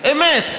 באמת.